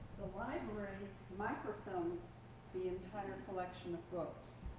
the library microfilmed the entire collection of books.